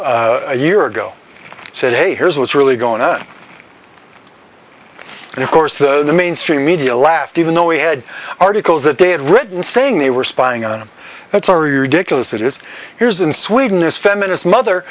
trump a year ago said hey here's what's really going on and of course the mainstream media laughed even though we had articles that they had written saying they were spying on it's our your dickless it is here's in sweden this feminist mother